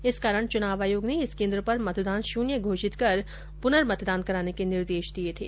इस कारण चुनाव आयोग ने इस ेकेन्द्र पर मतदान शून्य घोषित कर पुनर्मतदान कराने के निर्देश दिये थे